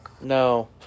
No